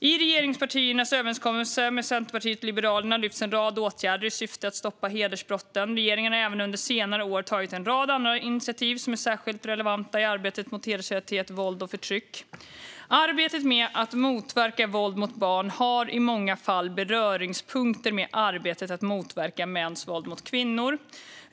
I regeringspartiernas överenskommelse med Centerpartiet och Liberalerna lyfts en rad åtgärder som har till syfte att stoppa hedersbrotten. Regeringen har även under senare år tagit en rad andra initiativ som är särskilt relevanta i arbetet mot hedersrelaterat våld och förtryck. Arbetet med att motverka våld mot barn har i många fall beröringspunkter med arbetet med att motverka mäns våld mot kvinnor.